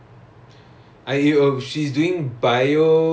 as in which wing